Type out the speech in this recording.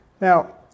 Now